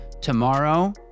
tomorrow